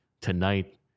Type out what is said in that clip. tonight